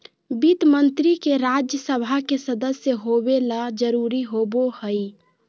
वित्त मंत्री के राज्य सभा के सदस्य होबे ल जरूरी होबो हइ